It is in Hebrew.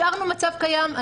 השארנו מצב קיים.